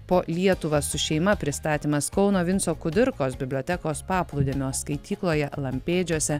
po lietuvą su šeima pristatymas kauno vinco kudirkos bibliotekos paplūdimio skaitykloje lampėdžiuose